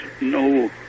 no